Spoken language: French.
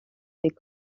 fait